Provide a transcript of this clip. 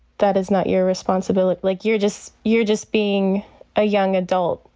that is not your responsibility. like, you're just you're just being a young adult,